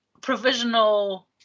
Provisional